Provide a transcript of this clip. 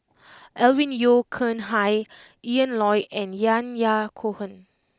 Alvin Yeo Khirn Hai Ian Loy and Yahya Cohen